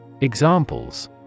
Examples